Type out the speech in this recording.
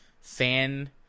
fan